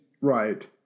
right